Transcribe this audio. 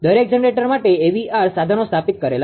દરેક જનરેટર માટે AVR સાધનો સ્થાપિત કરેલા છે